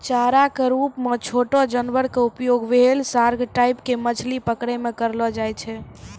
चारा के रूप मॅ छोटो जानवर के उपयोग व्हेल, सार्क टाइप के मछली पकड़ै मॅ करलो जाय छै